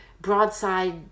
broadside